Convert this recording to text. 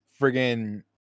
Friggin